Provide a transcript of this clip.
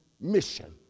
mission